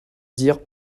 dire